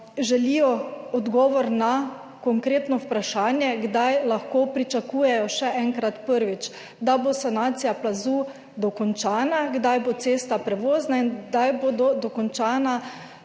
želijo odgovor na konkretna vprašanja, kdaj lahko pričakujejo, še enkrat, da bo sanacija plazu dokončana, kdaj bo cesta prevozna in kdaj bodo dokončana